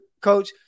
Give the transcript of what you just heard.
coach